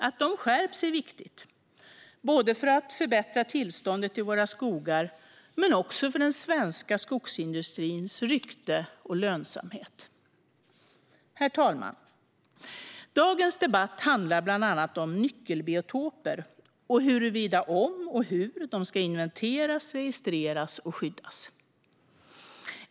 Att de skärps är viktigt både för att förbättra tillståndet i våra skogar och för den svenska skogsindustrins rykte och lönsamhet. Herr talman! Dagens debatt handlar bland annat om nyckelbiotoper och om och hur de ska inventeras, registreras och skyddas.